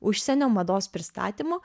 užsienio mados pristatymų